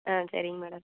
ஆ சரிங்க மேடம்